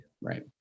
right